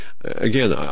Again